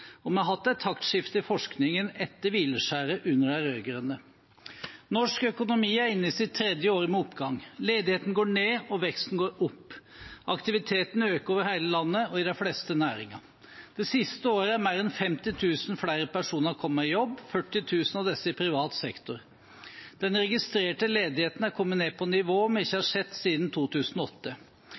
Og vi har hatt et taktskifte i forskningen etter hvileskjæret under de rød-grønne. Norsk økonomi er inne i sitt tredje år med oppgang. Ledigheten går ned, og veksten går opp. Aktiviteten øker over hele landet og i de fleste næringer. Det siste året er mer enn 50 000 flere personer kommet i jobb, 40 000 av disse i privat sektor. Den registrerte ledigheten er kommet ned på nivåer vi ikke har sett siden 2008.